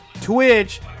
Twitch